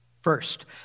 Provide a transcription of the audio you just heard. First